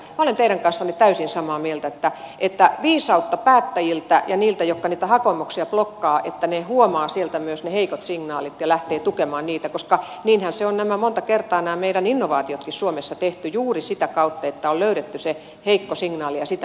minä olen teidän kanssanne täysin samaa mieltä että tarvitaan viisautta päättäjiltä ja niiltä jotka niitä hakemuksia blokkaavat että he huomaavat sieltä myös ne heikot signaalit ja lähtevät tukemaan niitä koska niinhän on monta kertaa nämä meidän innovaatiotkin suomessa tehty juuri sitä kautta että on löydetty se heikko signaali ja sitä lähdetty tukemaan